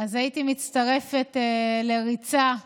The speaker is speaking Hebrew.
אז הייתי מצטרפת לריצה לזכרה.